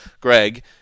Greg –